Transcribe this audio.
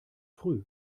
früh